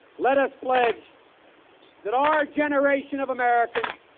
let us pledge that our generation of americans